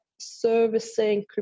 servicing